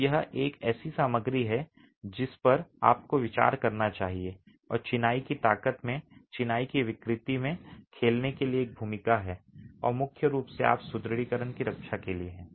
तो यह एक ऐसी सामग्री है जिस पर आपको विचार करना चाहिए और चिनाई की ताकत में चिनाई की विकृति में खेलने के लिए एक भूमिका है और मुख्य रूप से आपकी सुदृढीकरण की रक्षा के लिए है